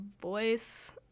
voice